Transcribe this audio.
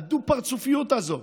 הדו-פרצופיות הזאת.